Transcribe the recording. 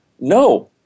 no